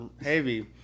heavy